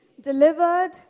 delivered